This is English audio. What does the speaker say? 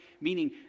meaning